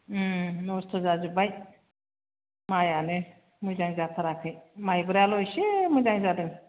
उम नस्थ' जाजोबबाय माइआनो मोजां जाथाराखै माइब्रायाल' एसे मोजां जादों